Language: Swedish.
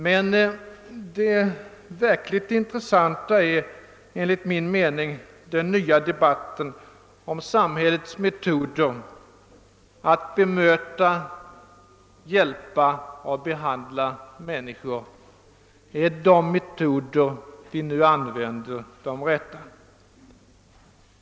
Men det verkligt intressanta är enligt min mening den nya debatten om samhällets metoder att bemöta, hjälpa och be handla människor. Är de metoder vi nu arbetar med de rätta?